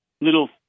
little